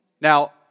Now